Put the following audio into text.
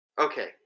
Okay